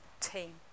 team